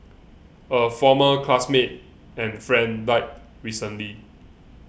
a former classmate and friend died recently